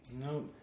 No